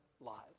lives